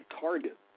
target